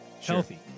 Healthy